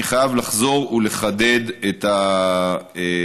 אני חייב לחזור ולחדד את הדברים,